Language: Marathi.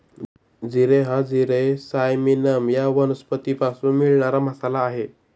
जिरे हा जिरे सायमिनम या वनस्पतीपासून मिळणारा मसाला आहे